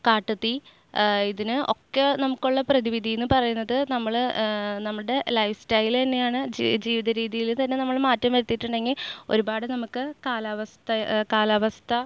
കാട്ടുതീ ഇതിനൊക്കെ നമുക്ക് ഉള്ള പ്രതിവിധി എന്ന് പറയുന്നത് നമ്മൾ നമ്മുടെ ലൈഫ്സ്റ്റൈൽ തന്നെയാണ് ജീ ജീവിത രീതിയിൽ തന്നെ നമ്മൾ മാറ്റം വരുത്തിയിട്ടുണ്ടെങ്കിൽ ഒരുപാട് നമുക്ക് കാലാവസ്ഥ കാലാവസ്ഥ